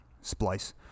Splice